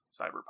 cyberpunk